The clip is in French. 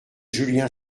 julien